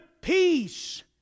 peace